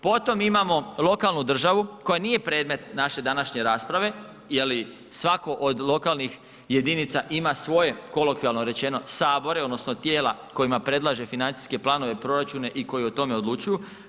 Potom imamo lokalnu državu koja nije predmet naše današnje rasprave, je li svako od lokalnih jedinica ima svoje kolokvijalno rečeno sabore, odnosno tijela kojima predlaže financijske planove, proračune i koji o tome odlučuju.